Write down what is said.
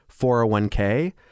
401k